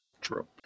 True